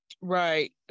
Right